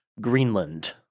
Greenland